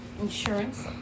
Insurance